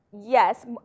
yes